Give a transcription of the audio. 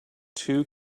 two